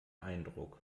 eindruck